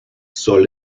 soll